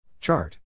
Chart